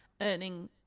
earning